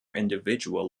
individual